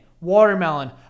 Watermelon